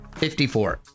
54